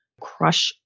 crush